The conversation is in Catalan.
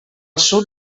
sud